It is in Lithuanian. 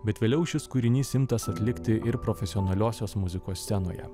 bet vėliau šis kūrinys imtas atlikti ir profesionaliosios muzikos scenoje